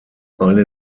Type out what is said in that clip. eine